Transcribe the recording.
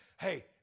Hey